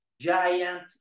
giant